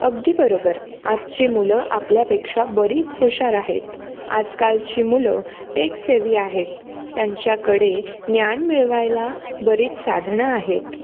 अगदी बरोबर आजची मुलं आपल्यापेक्षा बरीच हुशार आहेत आजकालची मुलं टेक सेवी आहेत त्यांच्याकडे ज्ञान मिळवायला बरीच साधनं आहेत